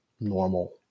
normal